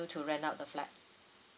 to rent out the flat